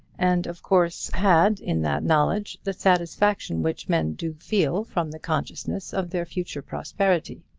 and of course had, in that knowledge, the satisfaction which men do feel from the consciousness of their future prosperity.